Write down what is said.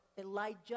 elijah